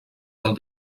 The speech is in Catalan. del